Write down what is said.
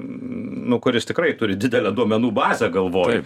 nu kuris tikrai turi didelę duomenų bazę galvoje